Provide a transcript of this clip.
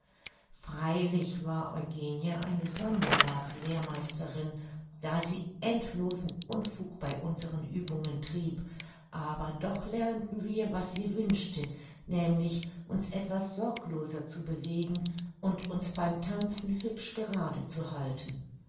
freilich war eugenie eine sonderbare lehrmeisterin da sie endlosen unfug bei unseren uebungen trieb aber doch lernten wir was sie wünschte nämlich uns etwas sorgloser zu bewegen und uns beim tanzen hübsch gerade zu halten